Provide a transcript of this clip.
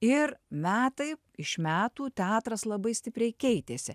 ir metai iš metų teatras labai stipriai keitėsi